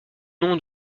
nom